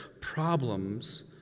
problems